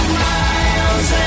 miles